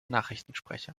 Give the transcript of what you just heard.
nachrichtensprecher